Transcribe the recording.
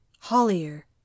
Hollier